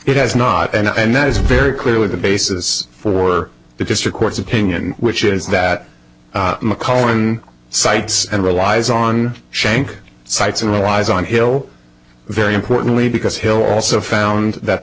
it has not and that is very clearly the basis for the district court's opinion which is that mcallen cites and relies on shank cites and relies on hill very importantly because hill also found that